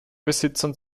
besitzern